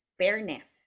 fairness